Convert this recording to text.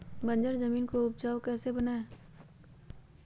बंजर जमीन को उपजाऊ कैसे बनाय?